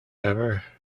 ever